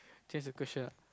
change the question ah